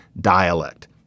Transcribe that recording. dialect